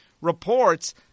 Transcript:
reports